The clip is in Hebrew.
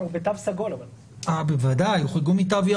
בתו סגול.